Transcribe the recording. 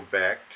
back